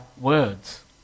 words